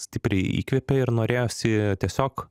stipriai įkvėpė ir norėjosi tiesiog